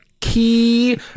Key